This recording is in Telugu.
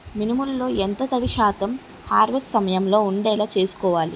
మినుములు లో ఎంత తడి శాతం హార్వెస్ట్ సమయంలో వుండేలా చుస్కోవాలి?